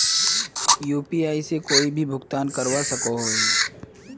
UPI से कोई भी भुगतान करवा सकोहो ही?